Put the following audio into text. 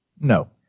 No